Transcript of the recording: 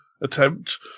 attempt